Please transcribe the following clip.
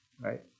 right